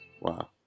Wow